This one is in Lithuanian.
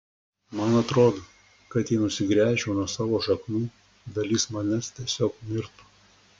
man atrodo kad jei nusigręžčiau nuo savo šaknų dalis manęs tiesiog mirtų